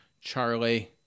Charlie